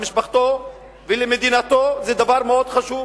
למשפחתו ולמדינתו הוא דבר מאוד חשוב,